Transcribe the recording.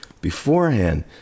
beforehand